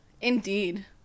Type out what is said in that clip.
Indeed